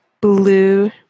blue